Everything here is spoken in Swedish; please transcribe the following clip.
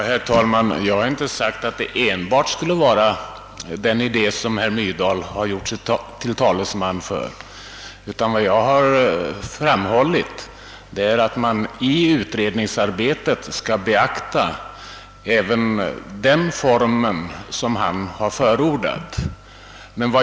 Herr. talman! Jag har inte sagt att vi bara skulle ta fasta på den idé som herr Myrdal gjort sig till talesman för. Vad jag framhållit är att man i utredningsarbetet även skall beakta den form som han förordat.